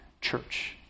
church